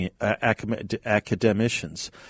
academicians